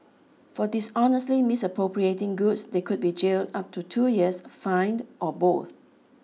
for dishonestly misappropriating goods they could be jailed up to two years fined or both